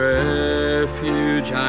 refuge